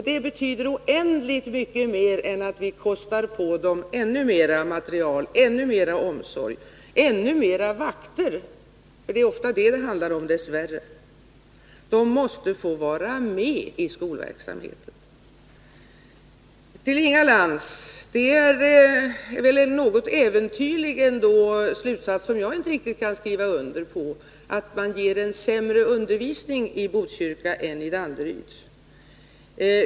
Det betyder oändligt mycket mer än att vi kostar på dem ännu mera material, ännu mera omsorg och ännu mera vakter — för det är ofta detta som det dess värre handlar om. Eleverna måste få vara med i skolverksamheten. Till Inga Lantz: Det är väl en något äventyrlig slutsats, som jag inte är beredd att skriva under på, att man ger en sämre undervisning i Botkyrka än i Danderyd.